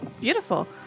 Beautiful